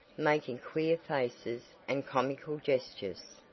making queer faces and comical gestures.